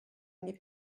n’est